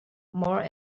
more